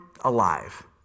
alive